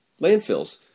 landfills